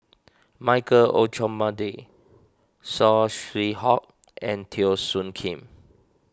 Michael Olcomendy Saw Swee Hock and Teo Soon Kim